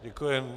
Děkuji.